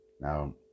Now